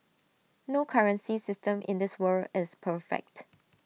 no currency system in this world is perfect